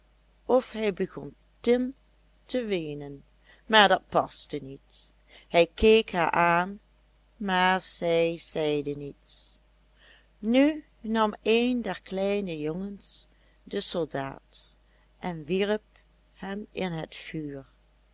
of hij begon tin te weenen maar dat paste niet hij keek haar aan maar zij zeide niets nu nam een der kleine jongens den soldaat en wierp hem in het vuur